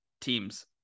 teams